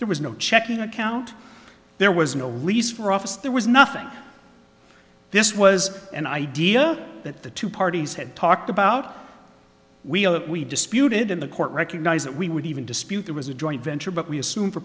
there was no checking account there was no release for office there was nothing this was an idea that the two parties had talked about we'll that we disputed in the court recognize that we would even dispute there was a joint venture but we assume for